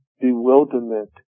bewilderment